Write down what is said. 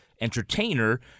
entertainer